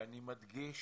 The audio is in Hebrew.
ואני מדגיש,